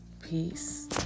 peace